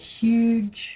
huge